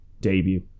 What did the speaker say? debut